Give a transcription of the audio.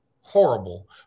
Horrible